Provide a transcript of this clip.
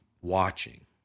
watching